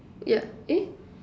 yeah eh